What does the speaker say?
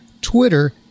Twitter